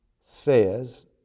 says